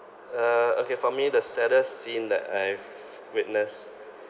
uh okay for me the saddest scene that I've witnessed